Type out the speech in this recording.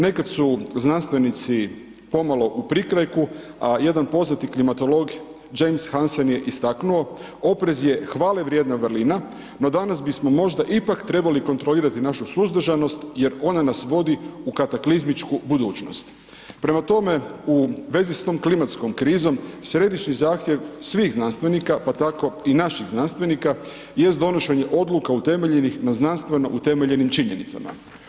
Nekad su znanstvenici pomalo u prikrajku a jedan poznati klimatolog James Hansen je istaknuo: „Oprez je hvalevrijedna vrlina, no danas bismo možda ipak trebali kontrolirati našu suzdržanost jer ona nas vodi u kataklizmičku budućnost.“ Prema tome, u vezi sa tom klimatskom krizom, središnji zahtjev svih znanstvenika pa tako i naših znanstvenika jest donošenje odluka utemeljenih na znanstveno utemeljenim činjenicama.